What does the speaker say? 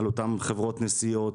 על חברות נסיעות,